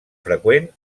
freqüent